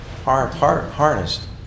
harnessed